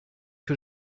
que